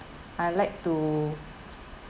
I like to